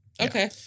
Okay